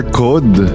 code